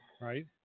Right